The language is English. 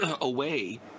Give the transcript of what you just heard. away